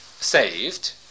saved